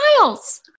miles